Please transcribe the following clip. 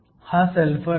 हा सल्फर आहे